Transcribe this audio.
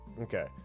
Okay